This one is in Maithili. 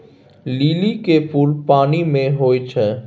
लिली के फुल पानि मे होई छै